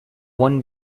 one